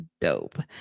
Dope